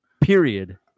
period